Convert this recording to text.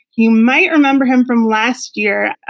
you might remember him from last year.